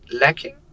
lacking